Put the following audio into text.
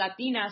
Latinas